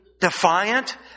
defiant